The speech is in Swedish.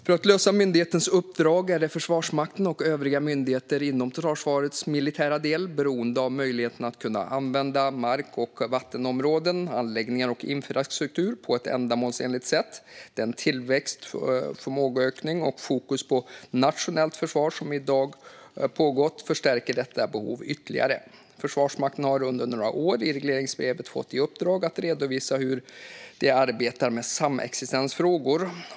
För att lösa myndighetens uppdrag är Försvarsmakten, liksom övriga myndigheter inom totalförsvarets militära del, beroende av möjligheten att använda mark och vattenområden, anläggningar och infrastruktur på ett ändamålsenligt sätt. Den tillväxt och förmågeökning som i dag pågår och fokuset på nationellt försvar förstärker detta behov ytterligare. Försvarsmakten har under några år i regleringsbreven fått i uppdrag att redovisa hur man arbetar med samexistensfrågor.